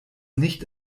nicht